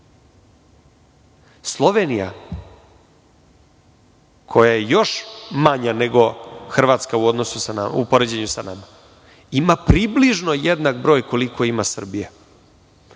Slovenija koja je još manja nego Hrvatska u poređenju sa nama ima približno jednak broj koliko ima Srbija. Jedan